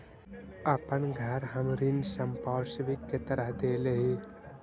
अपन घर हम ऋण संपार्श्विक के तरह देले ही